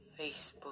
Facebook